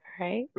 right